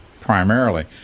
primarily